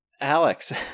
Alex